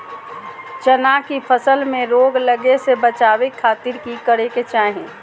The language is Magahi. चना की फसल में रोग लगे से बचावे खातिर की करे के चाही?